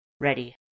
Ready